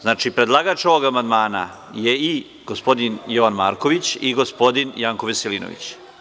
Znači predlagač ovog amandmana je i gospodin Ivan Marković i gospodin Janko Veselinović.